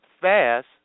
fast